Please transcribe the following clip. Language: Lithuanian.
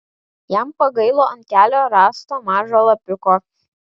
jam pagailo ant kelio rasto mažo lapiuko